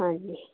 ਹਾਂਜੀ